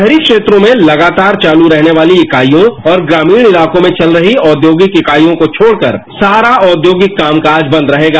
राहरी क्षेत्रों में लगातार चालू रहने वाली इकाइयों और ग्रामीण इताकों में चल रही औचोगिक इकाइयों को छोड़कर सारा औचोगिक कामकाज बंद रहेगा